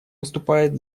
выступает